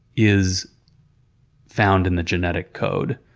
is found in the genetic code?